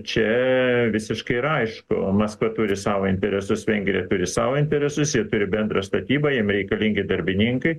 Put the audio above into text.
čia visiškai yra aišku o maskva turi savo interesus vengrija turi savo interesus jie turi bendrą statybą jiem reikalingi darbininkai